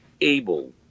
able